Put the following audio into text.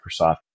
Microsoft